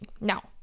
Now